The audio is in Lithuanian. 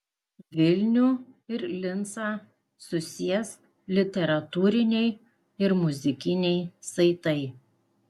vilnių ir lincą susies literatūriniai ir muzikiniai saitai